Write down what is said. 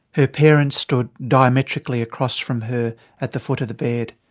her parents stood diametrically across from her at the foot of the bed.